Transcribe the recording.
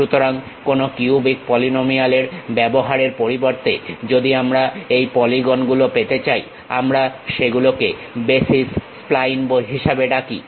সুতরাং কোনো cubic polynomial ব্যবহারের পরিবর্তে যদি আমরা এই পলিগন গুলো পেতে চাই আমরা সেগুলোকে বেসিস স্প্লাইন হিসাবে ডাকি